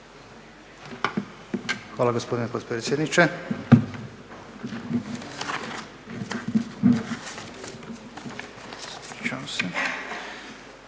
Hvala gospodine potpredsjedniče.